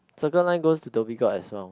Circle Line goes to Dhoby Ghaut as well